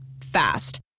Fast